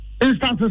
Instances